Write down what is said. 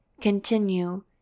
continue